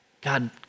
God